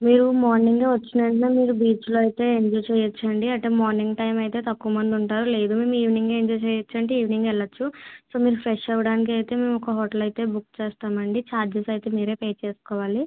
మీరు మార్నింగే వచ్చిన వెంటనే మీరు బీచ్లో అయితే ఎంజాయ్ చేయవచ్చు అండి అట్ట మార్నింగ్ టైం అయితే తక్కువ మంది ఉంటారు లేదు మేము ఈవినింగ్ ఎంజాయ్ చేయవచ్చు అంటే మీరు ఈవినింగ్ వెళ్ళవచ్చు సో మీరు ఫ్రెష్ అవ్వడానికి అయితే మేము ఒక హోటల్ అయితే బుక్ చేస్తాం అండి ఛార్జెస్ అయితే మీరే పే చేసుకోవాలి